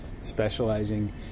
specializing